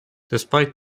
despite